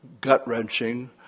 gut-wrenching